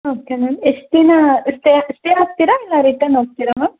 okay ma'am ಎಷ್ಟು ದಿನ stay ಆಗಿ ಸ್ಟೇ ಆಗ್ತೀರಾ ಇಲ್ಲಾ ರಿಟನ್ ಹೋಗ್ತಿರ ಮ್ಯಾಮ್